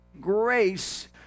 grace